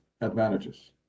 Advantages